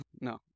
No